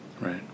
Right